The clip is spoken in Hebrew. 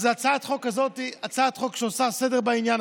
הצעת החוק הזאת היא הצעת חוק שעושה סדר בעניין